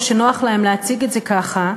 או שנוח להם להציג את זה ככה,